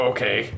Okay